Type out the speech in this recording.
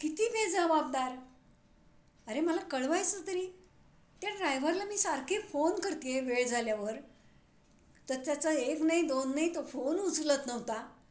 किती बेजाबाबदार अरे मला कळवायचं तरी त्या ड्रायव्हरला मी सारखे फोन करते आहे वेळ झाल्यावर तर त्याचा एक नाही दोन नाही तो फोन उचलत नव्हता